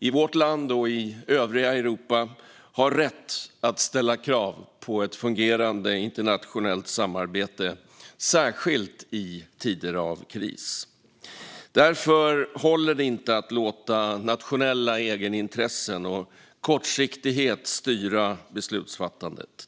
i vårt land och i övriga Europa har rätt att ställa krav på fungerande internationellt samarbete, särskilt i tider av kris. Därför håller det inte att låta nationella egenintressen och kortsiktighet styra beslutsfattandet.